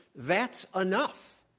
that's enough.